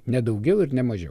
ne daugiau ir ne mažiau